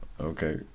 okay